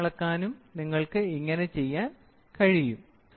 മർദ്ദം അളക്കാനും നിങ്ങൾക്ക് ഇങ്ങനെ ചെയ്യാൻ കഴിയും